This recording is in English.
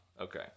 Okay